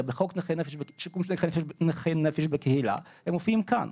בחוק שיקום נכי נפש בקהילה מופיעים כאן,